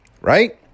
right